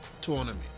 tournament